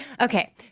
okay